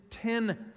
Ten